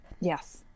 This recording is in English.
Yes